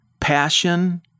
Passion